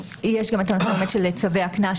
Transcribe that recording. יש גם את הנושא של צווי הקנס,